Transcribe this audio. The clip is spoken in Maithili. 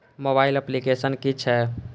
मोबाइल अप्लीकेसन कि छै?